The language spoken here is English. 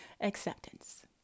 acceptance